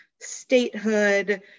statehood